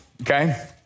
okay